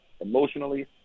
Emotionally